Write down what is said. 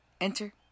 Enter